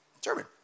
German